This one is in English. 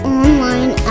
online